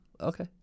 okay